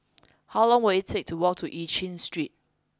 how long will it take to walk to Eu Chin Street